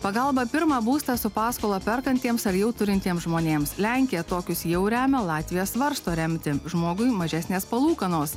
pagalba pirmą būstą su paskola perkantiems ar jau turintiems žmonėms lenkija tokius jau remia latvija svarsto remti žmogui mažesnės palūkanos